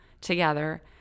together